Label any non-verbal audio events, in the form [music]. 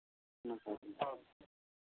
[unintelligible]